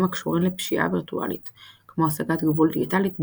הקשורים לפשיעה וירטואלית כמו הסגת גבול דיגיטלית,